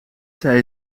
zij